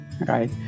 right